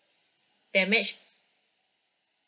damage